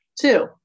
Two